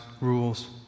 rules